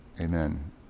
Amen